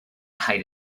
height